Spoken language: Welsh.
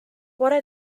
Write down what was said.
bore